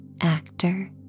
actor